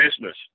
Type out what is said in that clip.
business